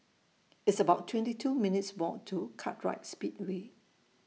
It's about twenty two minutes' Walk to Kartright Speedway